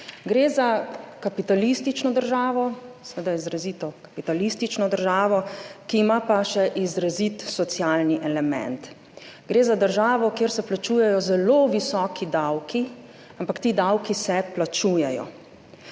Gre za kapitalistično državo, seveda izrazito kapitalistično državo, ki ima pa še izrazit socialni element. Gre za državo, kjer se plačujejo zelo visoki davki, ampak ti davki se plačujejo.